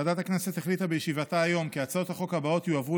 ועדת הכנסת החליטה בישיבתה היום כי הצעות החוק הבאות יועברו